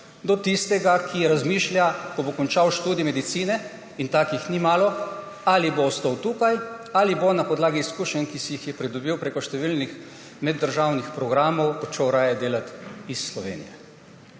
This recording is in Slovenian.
do tistega, ki razmišlja, ko bo končal študij medicine – in takih ni malo – ali bo ostal tukaj ali bo na podlagi izkušenj, ki si jih je pridobil prek številnih meddržavnih programov, odšel raje delat iz Slovenije.